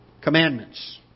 commandments